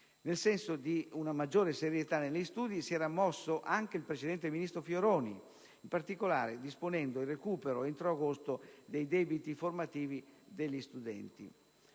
Nel senso di una maggiore serietà negli studi si era mosso anche il precedente ministro Fioroni, in particolare disponendo il recupero entro agosto dei debiti formativi degli studenti.